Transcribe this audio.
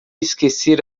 esquecer